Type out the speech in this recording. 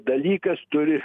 dalykas turi